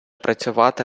працювати